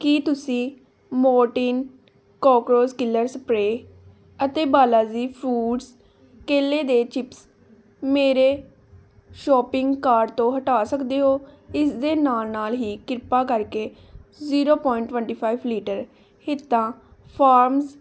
ਕੀ ਤੁਸੀਂ Mortein cockroach killer spray ਅਤੇ Balaji foods ਕੇਲੇ ਦੇ ਚਿਪਸ ਮੇਰੇ ਸ਼ੋਪਿੰਗ ਕਾਰਟ ਤੋਂ ਹਟਾ ਸਕਦੇ ਹੋ ਇਸ ਦੇ ਨਾਲ ਨਾਲ ਹੀ ਕ੍ਰਿਪਾ ਕਰਕੇ zero point twenty five litre Hita forms